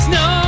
no